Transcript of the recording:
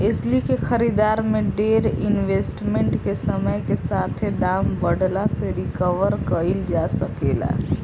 एस्ली के खरीदारी में डेर इन्वेस्टमेंट के समय के साथे दाम बढ़ला से रिकवर कईल जा सके ला